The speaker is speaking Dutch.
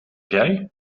jij